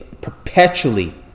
perpetually